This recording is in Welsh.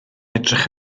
edrych